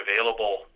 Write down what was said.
available